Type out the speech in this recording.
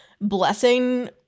blessing